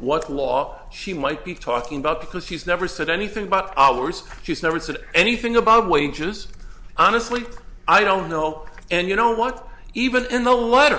what law she might be talking about because she's never said anything about our worst she's never said anything about wages honestly i don't know and you know what even in the water